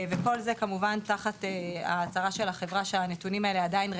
כל זה כמובן תחת הצהרת החברה שהנתונים האלה עדיין רלוונטיים,